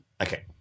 Okay